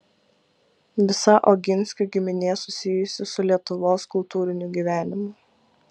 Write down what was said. visa oginskių giminė susijusi su lietuvos kultūriniu gyvenimu